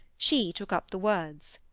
she took up the words.